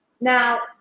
Now